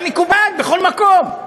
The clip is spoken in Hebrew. כמקובל בכל מקום.